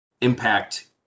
impact